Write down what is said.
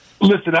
Listen